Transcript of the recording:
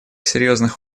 серьезных